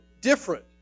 different